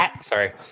Sorry